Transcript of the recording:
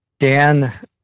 Dan